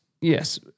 Yes